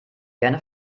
gerne